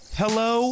hello